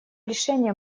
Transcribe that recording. решение